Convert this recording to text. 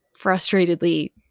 frustratedly